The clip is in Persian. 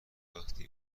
وقتی